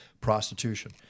Prostitution